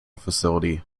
facility